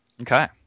Okay